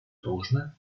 должное